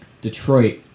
Detroit